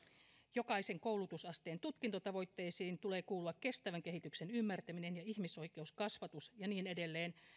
jokaisen koulutusasteen tutkintotavoitteisiin tulee kuulua kestävän kehityksen ymmärtäminen ja ihmisoikeuskasvatus ja niin edelleen